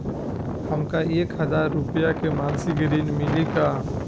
हमका एक हज़ार रूपया के मासिक ऋण मिली का?